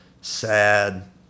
sad